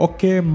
Okay